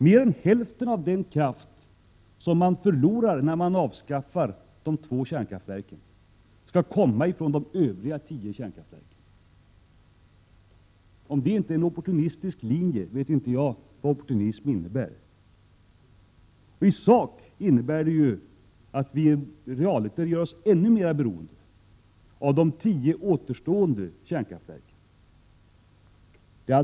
Mer än hälften av den kraft som man förlorar när man lägger ner de två kärnkraftsreaktorerna skall komma från de kvarvarande tio reakto — Prot. 1987/88:135 rerna. 7 juni 1988 Om det inte är en opportunistisk linje, vet inte jag vad opportunism SKER NET innebär. I sak innebär det ju att vi realiter gör oss ännu mera beroende av de Enejgipplitiktaer: tio återstående kärnkraftsreaktorerna.